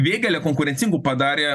vėgėlę konkurencingu padarė